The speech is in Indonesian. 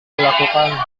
dilakukan